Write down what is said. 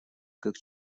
как